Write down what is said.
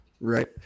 Right